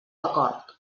acord